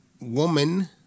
woman